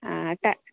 ఆట